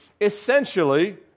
essentially